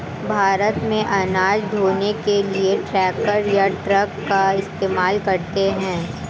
भारत में अनाज ढ़ोने के लिए ट्रैक्टर या ट्रक का इस्तेमाल करते हैं